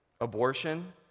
Abortion